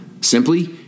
Simply